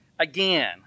Again